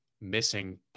missing